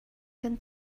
kan